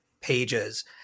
pages